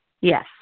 yes